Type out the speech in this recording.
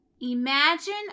Imagine